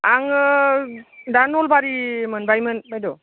आङो दा नलबारि मोनबायमोन बायद'